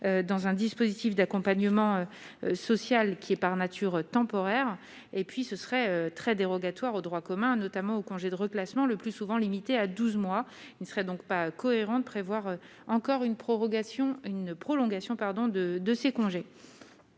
dans un dispositif d'accompagnement social qui est par nature temporaire et puis ce serait très dérogatoire au droit commun, notamment au congé de reclassement, le plus souvent limitée à 12 mois, il serait donc pas cohérent de prévoir encore une prorogation une